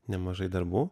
nemažai darbų